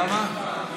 למה?